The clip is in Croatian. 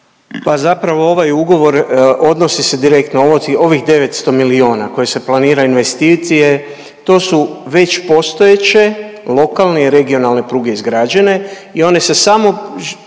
Pa zapravo ovaj Ugovor odnosi se direktno, ovih 900 milijuna koji se planiraju investicije, to su već postojeće lokalne i regionalne pruge izgrađene i one se samo